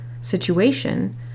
situation